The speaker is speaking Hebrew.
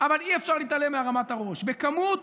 אבל אי-אפשר להתעלם מהרמת הראש, בכמות